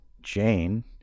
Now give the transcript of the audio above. jane